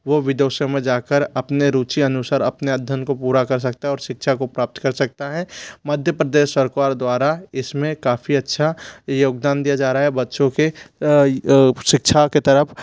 वह विदेशों में जाकर अपने रुचि अनुसार अपने अध्ययन को पूरा कर सकते हैं और शिक्षा को प्राप्त कर सकता है मध्य प्रदेश सरकार द्वारा इसमें काफ़ी अच्छा योगदान दिया जा रहा है बच्चों के शिक्षा के तरफ